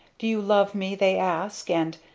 do you love me they ask, and,